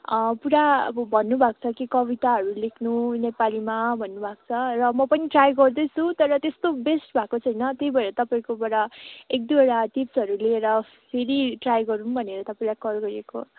अँ पुरा अब भन्नुभएको छ कि कविताहरू लेख्नु नेपालीमा भन्नुभएको छ र म पनि ट्राई गर्दैछु तर त्यस्तो बेस्ट भएको छैन त्यही भएर तपाईँकोबाट एक दुईवडा टिप्सहरू लिएर फेरि ट्राई गरौँ भनेर तपाईँलाई कल गरेको